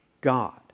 God